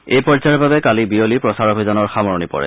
এই পৰ্যায়ৰ বাবে কালি বিয়লি প্ৰচাৰ অভিযানৰ সামৰণি পৰে